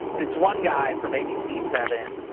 it's one guy from abc seven.